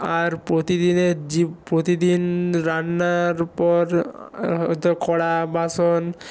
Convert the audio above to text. আর প্রতিদিনে প্রতিদিন রান্নার পর তো কড়া বাসন